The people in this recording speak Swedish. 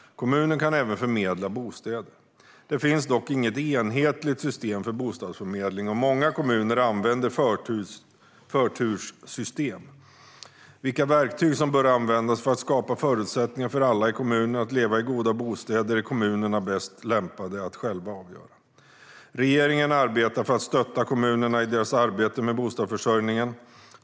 Kommunen kan även förmedla bostäder. Det finns dock inget enhetligt system för bostadsförmedling, och många kommuner använder förturssystem. Vilka verktyg som bör användas för att skapa förutsättningar för alla i kommunen att leva i goda bostäder är kommunerna själva bäst lämpade att avgöra. Regeringen arbetar för att stötta kommunerna i deras arbete med bostadsförsörjningen.